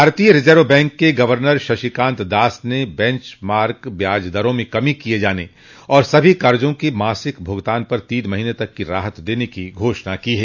भारतीय reserve bank के governor Shaktikanta Das ने बेंचमार्क ब्याज दरों में कमी किए जाने और सभी कर्जों के मासिक भुगतान पर तीन महीने तक की राहत देने की घोषणा की है